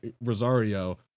Rosario